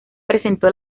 presentó